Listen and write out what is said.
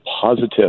positive